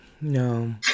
no